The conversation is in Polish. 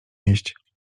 jeść